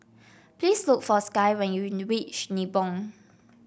please look for Skye when you reach Nibong